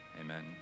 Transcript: amen